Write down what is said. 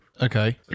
Okay